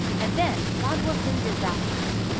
and then, god will send disasters,